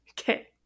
Okay